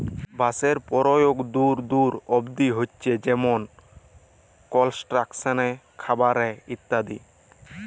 বাঁশের পরয়োগ দূর দূর অব্দি হছে যেমল কলস্ট্রাকশলে, খাবারে ইত্যাদি